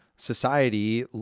society